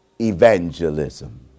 evangelism